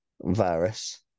virus